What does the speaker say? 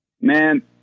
Man